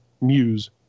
Muse